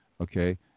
Okay